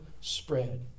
spread